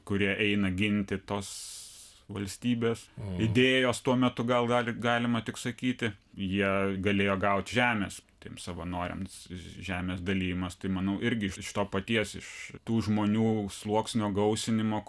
kurie eina ginti tos valstybės idėjos tuo metu gal gali galima tik sakyti jie galėjo gauti žemės tiems savanoriams žemės dalijimas tai manau irgi iš to paties iš tų žmonių sluoksnio gausinimo